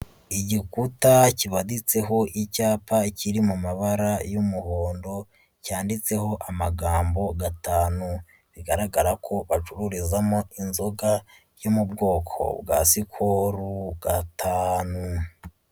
Igikuta kibanditseho icyapa kiri mu mabara y'umuhondo cyanditseho amagambo gatanu, bigaragara ko bacururizamo inzoga yo mu bwoko bwa skol gatanu.